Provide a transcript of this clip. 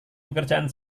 pekerjaan